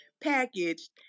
packaged